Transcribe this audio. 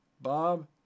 Bob